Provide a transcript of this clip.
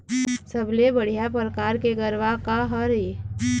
सबले बढ़िया परकार के गरवा का हर ये?